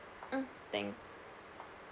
mm thank